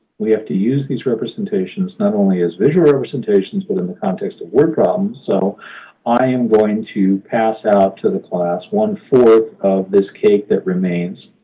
we have to use these representations not only as visual representations but in the context of word problems? so i am going to pass out to the class one four of this cake that remains,